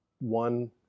One